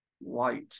white